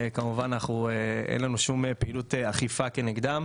אין לנו שום פעילות אכיפה נגדם.